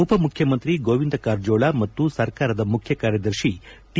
ಉಪಮುಖ್ಯಮಂತ್ರಿ ಗೋವಿಂದ ಕಾರಜೋಳ ಮತ್ತು ಸರ್ಕಾರದ ಮುಖ್ಯ ಕಾರ್ಯದರ್ಶಿ ಟಿ